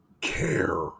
care